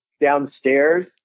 downstairs